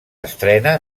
estrena